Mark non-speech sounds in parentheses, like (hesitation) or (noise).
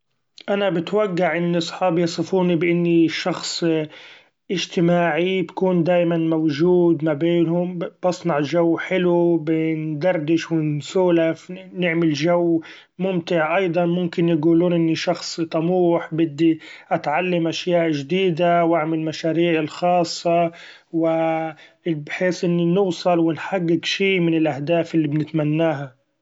أنا بتوقع إن صحابي يصفوني بإني شخص إجتماعي بكون دايما موجود ما بينهم بصنع جو حلو بندردش و نسولف نعمل جو ممتع ، أيضا ممكن يقولون إني شخص طموح بدي اتعلم اشياء جديدة و اعمل مشاريعي الخاصة و (hesitation) بحيث إني نوصل و نحقق شي من الأهداف اللي بنتمناها.